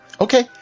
okay